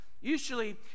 Usually